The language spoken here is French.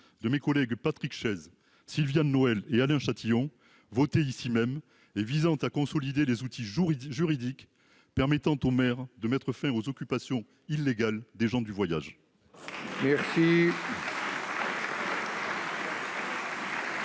de mes collègues Patrick Chaize, Sylviane Noël et Alain Chatillon, votée ici même et visant à consolider les outils juridiques permettant aux maires de mettre fin aux occupations illégales des gens du voyage. La